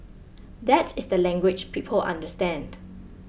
that is the language people understand